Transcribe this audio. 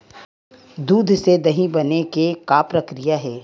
दूध से दही बने के का प्रक्रिया हे?